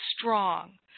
strong